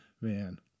Man